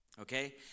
Okay